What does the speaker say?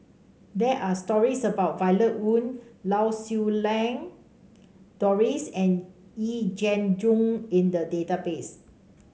there are stories about Violet Oon Lau Siew Lang Doris and Yee Jenn Jong in the database